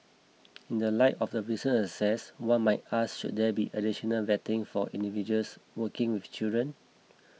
in the light of the one might ask should there be additional vetting for individuals working with children